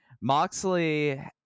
Moxley